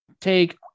take